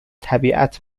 طبیعت